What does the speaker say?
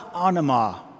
anima